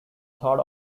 third